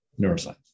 neuroscience